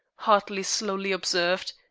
hartley slowly observed.